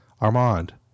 Armand